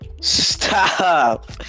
Stop